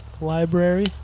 Library